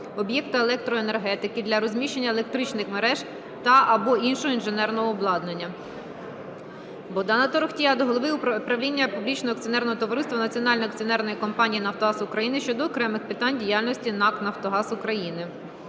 об'єкта електроенергетики для розміщення електричних мереж та/або іншого інженерного обладнання. Богдана Торохтія до голови правління публічного акціонерного товариства Національної акціонерної компанії "Нафтогаз України" щодо окремих питань діяльності НАК "Нафтогаз України".